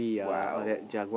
!wow!